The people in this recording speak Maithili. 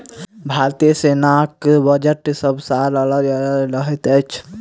भारतीय सेनाक बजट सभ साल अलग अलग रहैत अछि